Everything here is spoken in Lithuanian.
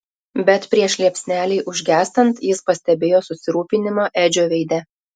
bet prieš liepsnelei užgęstant jis pastebėjo susirūpinimą edžio veide